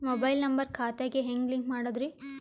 Mobile number ಖಾತೆ ಗೆ ಹೆಂಗ್ ಲಿಂಕ್ ಮಾಡದ್ರಿ?